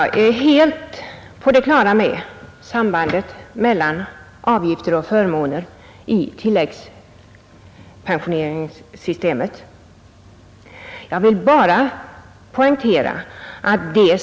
Fru talman! Fru Håvik redovisade mycket riktigt den stora bristen på barndaghemsplatser, men därmed fick jag just ett argument för motionerna.